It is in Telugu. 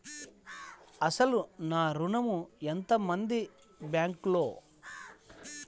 అసలు నా ఋణం ఎంతవుంది బ్యాంక్లో?